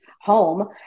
home